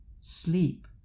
Sleep